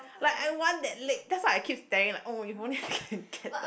like I want that leg that's why I keep staring like oh only if I can get the